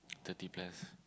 thirty plus